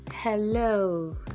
Hello